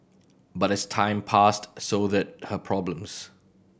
but as time passed so did her problems